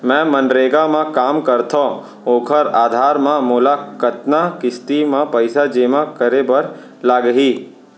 मैं मनरेगा म काम करथो, ओखर आधार म मोला कतना किस्ती म पइसा जेमा करे बर लागही?